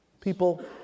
people